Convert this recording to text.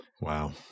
Wow